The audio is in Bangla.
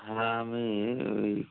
হ্যাঁ আমি ওই